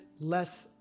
less